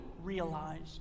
realized